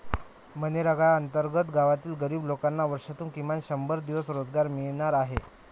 मनरेगा अंतर्गत गावातील गरीब लोकांना वर्षातून किमान शंभर दिवस रोजगार मिळणार आहे